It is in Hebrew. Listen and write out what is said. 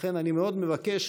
לכן, אני מאוד מבקש